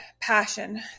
passion